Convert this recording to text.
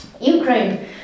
ukraine